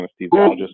anesthesiologist